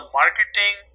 marketing